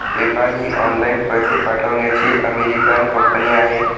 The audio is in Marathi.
पेपाल ही ऑनलाइन पैसे पाठवण्याची अमेरिकन कंपनी आहे